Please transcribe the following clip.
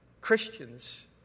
Christians